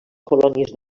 colònies